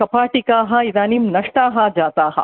कपाटिकाः इदानीं नष्टाः जाताः